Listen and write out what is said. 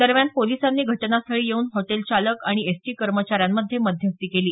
दरम्यान पोलिसांनी घटनास्थळी येऊन हॉटेल चालक आणि एसटी कर्मचाऱ्यांमध्ये मध्यस्थी केली